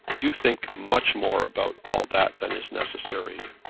you think much more about all that than is necessary.